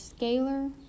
scalar